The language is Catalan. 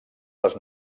les